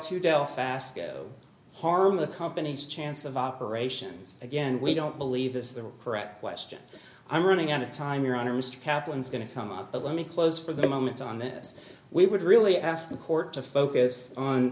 to dell fastow harm the company's chance of operations again we don't believe this is a correct question i'm running out of time your honor mr kaplan is going to come up but let me close for the moment on this we would really ask the court to focus on